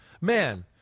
man